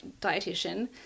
dietitian